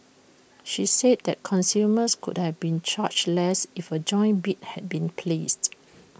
she said that consumers could have been charged less if A joint bid had been placed